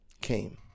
came